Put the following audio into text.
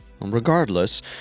Regardless